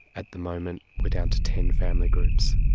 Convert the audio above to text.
at the moment we're down to ten family groups.